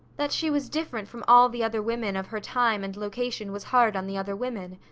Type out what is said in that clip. that she was different from all the other women of her time and location was hard on the other women.